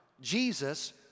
Jesus